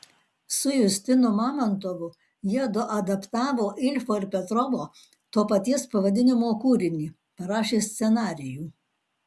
su justinu mamontovu jiedu adaptavo ilfo ir petrovo to paties pavadinimo kūrinį parašė scenarijų